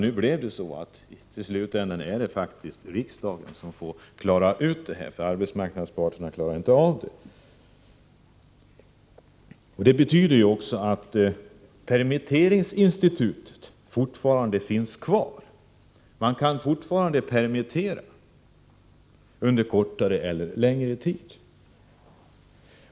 Nu blev det ju till slut så att det faktiskt är riksdagen som skall klara ut denna fråga, eftersom arbetsmarknadsparterna inte klarar av att lösa den. Detta betyder också att permitteringsinstitutet fortfarande finns kvar. Man kan fortfarande permittera under kortare eller längre tid.